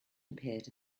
appeared